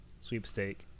sweepstake